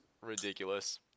ridiculous